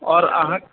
आओर अहाँ